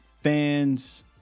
fans